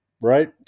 Right